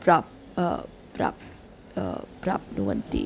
प्राप् प्राप् प्राप्नुवन्ति